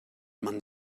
man